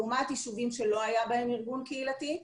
לעומת יישובים שלא היה בהם ארגון קהילתי,